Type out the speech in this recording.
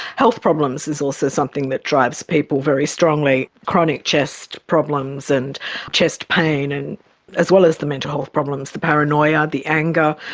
health problems is also something that drives people very strongly. chronic chest problems and chest pain, and as well as the mental health problems, the paranoia, the anger.